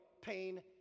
pain